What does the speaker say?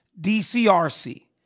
dcrc